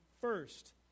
first